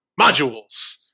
modules